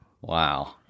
Wow